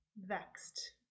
vexed